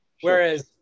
Whereas